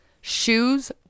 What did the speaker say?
Shoes